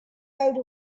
rode